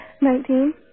Nineteen